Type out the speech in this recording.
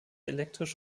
elektrisch